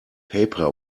paper